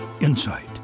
insight